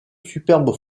superbe